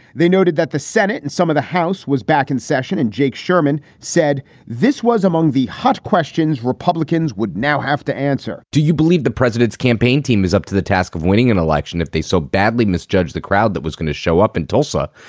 they noted that the senate and some of the house was back in session and jake sherman said this was among the hot questions republicans would now have to answer do you believe the president's campaign team is up to the task of winning an election if they so badly misjudged the crowd that was going to show up in and tulsa?